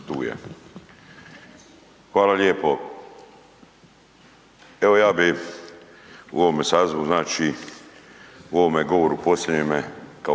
Hvala lijepa.